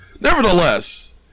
Nevertheless